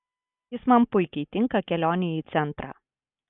jis man puikiai tinka kelionei į centrą